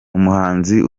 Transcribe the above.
umuhanzi